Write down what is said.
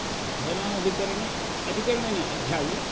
साधनाधिकरणे अधिकरणे न अध्याये